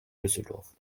düsseldorf